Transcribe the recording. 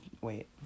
wait